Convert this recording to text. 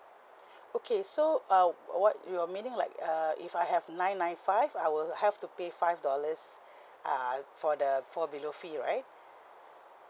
okay so uh what you're meaning like err if I have nine nine five I will have to pay five dollars err for the fall below fee right